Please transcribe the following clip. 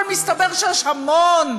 אבל מסתבר שיש המון,